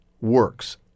works